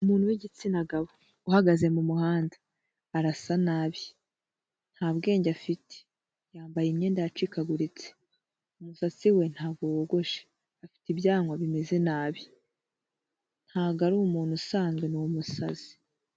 Umuntu w'igitsina gabo uhagaze mu muhanda arasa nabi nta bwenge afite, yambaye imyenda yacikaguritse, umusatsi we ntabwo wogoshe afite ibyanwa bimeze nabi ntabwo ari umuntu usanzwe ni umusazi.